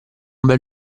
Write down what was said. bel